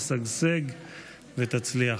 תשגשג ותצליח.